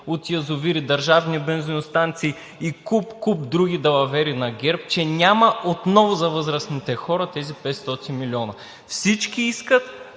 от язовири, държавни бензиностанции и куп, куп други далавери на ГЕРБ, че няма отново за възрастните хора тези 500 милиона?! Всички искат,